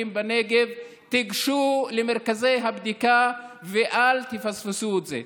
בנגב: תיגשו למרכזי הבדיקה ואל תפספסו את זה.